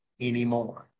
anymore